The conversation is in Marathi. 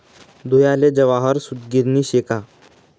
धुयाले जवाहर सूतगिरणी शे का